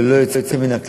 ללא יוצא מהכלל,